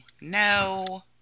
No